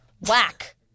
Whack